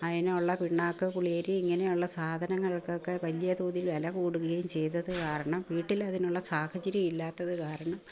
അതിനുള്ള പിണ്ണാക്ക് പുളിയരി ഇങ്ങനെയുള്ള സാധനങ്ങൾക്കൊക്കെ വലിയ തോതിൽ വില കൂടുകയും ചെയ്തതു കാരണം വീട്ടിലതിനുള്ള സാഹചര്യം ഇല്ലാത്തതുകാരണം